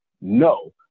No